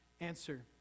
answer